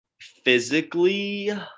physically